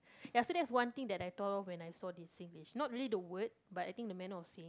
ya so that's one thing that I thought of when I saw this Singlish not really the word but I think the manner of saying